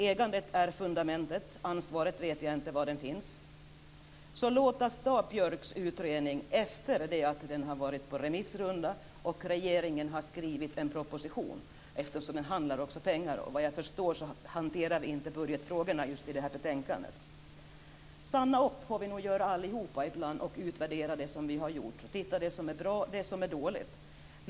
Ägandet är fundamentet, ansvaret vet jag inte var det finns. Låt oss ta upp Björks utredning efter det att den har varit på remissrunda och regeringen har skrivit en proposition. Det handlar också om pengar, och såvitt jag förstår hanterar vi inte budgetfrågorna i just det här betänkandet. Stanna upp får vi nog göra allihop ibland och utvärdera det vi har gjort. Vi får titta närmare på det som är bra och på det som är dåligt.